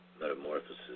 metamorphosis